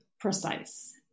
precise